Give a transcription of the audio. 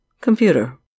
Computer